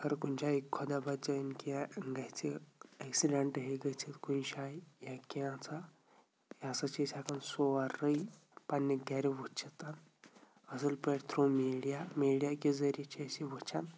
اگر کُنہِ جایہِ خۄدا بَچٲینۍ کینٛہہ گژھِ اٮ۪کسِڈَنٛٹ ہیٚکہِ گٔژھِتھ کُنہِ جایہِ یا کینٛہہ ژھا یِہ ہَسَا چھِ ہٮ۪کان أسۍ سورٕے پَنٛنہِ گَرِ وُچھِتھ ہَن اَصٕل پٲٹھۍ تھرٛوٗ میٖڈیا میٖڈیا کہ ذٔریعہٕ چھِ أسۍ یہِ وٕچھان